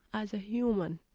as a human.